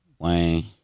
Wayne